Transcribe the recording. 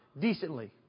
decently